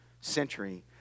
century